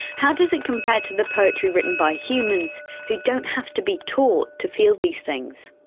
how does it compare to the poetry written by humans who don't have to be taught to feel these things?